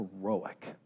heroic